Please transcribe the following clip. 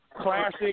classic